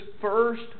first